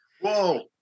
whoa